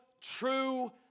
true